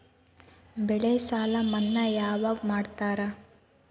ಬೆಳೆ ಸಾಲ ಮನ್ನಾ ಯಾವಾಗ್ ಮಾಡ್ತಾರಾ?